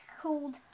called